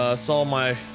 ah saw my.